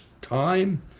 time